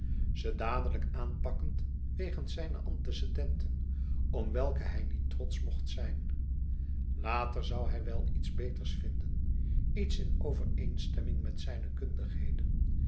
ze dadelijk aanpakkend wegens zijne antecedenten om welke hij niet trotsch mocht zijn later zoû hij wel iets beters vinden iets in overeenstemming met zijne